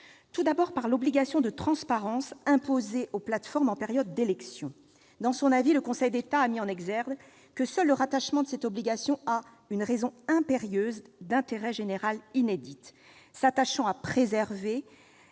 tout d'abord, à l'obligation de transparence imposée aux plateformes en période d'élections. Dans son avis, le Conseil d'État a mis en exergue que seul le rattachement de cette obligation à une « raison impérieuse d'intérêt général inédite », s'attachant à préserver